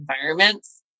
environments